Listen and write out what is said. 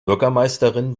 bürgermeisterin